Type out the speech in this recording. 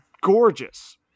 gorgeous